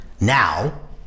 now